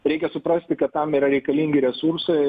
reikia suprasti kad tam yra reikalingi resursai